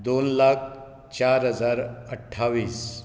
दोन लाख चार हजार अठ्ठावीस